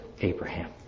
Abraham